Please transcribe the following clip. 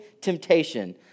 temptation